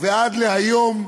ועד היום,